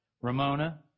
Ramona